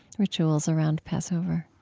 rituals around passover